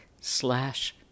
slash